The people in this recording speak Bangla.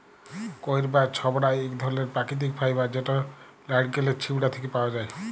কইর বা ছবড়া ইক ধরলের পাকিতিক ফাইবার যেট লাইড়কেলের ছিবড়া থ্যাকে পাউয়া যায়